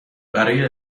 برای